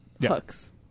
hooks